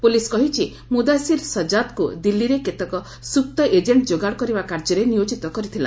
police କହିଛି ମୁଦାସୀର ସଜାଦକୁ ଦିଲ୍ଲୀରେ କେତେକ ସୁପ୍ତ ଏଜେଣ୍ଟ ଯୋଗାଡ କରିବା କାର୍ଯ୍ୟରେ ନିୟୋଜିତ କରିଥିଲା